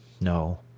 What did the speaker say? no